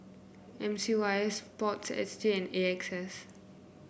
M C Y S sports S G and A X S